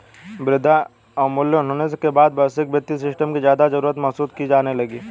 मुद्रा अवमूल्यन होने के बाद वैश्विक वित्तीय सिस्टम की ज्यादा जरूरत महसूस की जाने लगी